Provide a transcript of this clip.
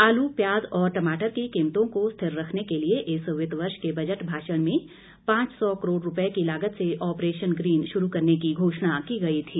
आलू प्याज और टमाटर की कीमतों को स्थिर रखने के लिए इस वित्त वर्ष के बजट भाषण में पांच सौ करोड़ रूपए की लागत से ऑपरेशन ग्रीन शुरू करने की घोषणा की गई थी